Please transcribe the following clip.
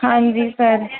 हाँ जी सर